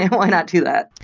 and why not do that?